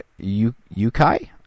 Yukai